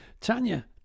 Tanya